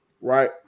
right